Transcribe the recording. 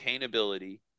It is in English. maintainability